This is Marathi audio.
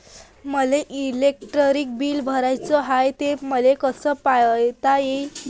मले इलेक्ट्रिक बिल भराचं हाय, ते मले कस पायता येईन?